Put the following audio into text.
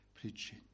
preaching